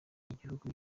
igihugu